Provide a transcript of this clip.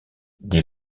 dès